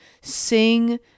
sing